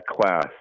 class